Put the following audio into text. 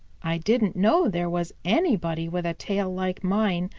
i didn't know there was anybody with a tail like mine,